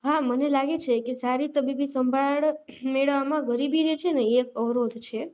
હા મને લાગે છે કે સારી તબીબી સંભાળ મેળવવામાં ગરીબી જે છે ને એક અવરોધ છે